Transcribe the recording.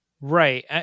Right